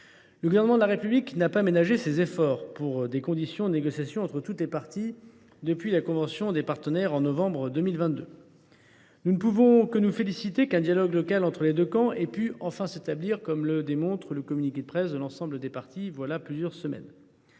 Le Gouvernement de la République n’a pas ménagé ses efforts pour créer les conditions d’une négociation entre toutes les parties depuis la convention des partenaires au mois de novembre 2022. Nous ne pouvons que nous féliciter qu’un dialogue local entre les deux camps ait enfin pu s’établir, comme le démontre le communiqué de presse de l’ensemble des parties publié voilà plusieurs semaines.